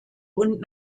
und